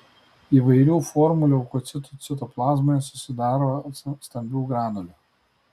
įvairių formų leukocitų citoplazmoje susidaro stambių granulių